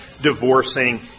divorcing